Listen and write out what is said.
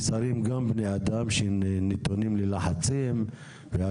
כי שרים הם גם בני אדם שניתנים ללחצים והשפעות.